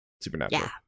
Supernatural